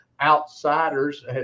outsiders